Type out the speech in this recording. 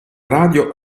radio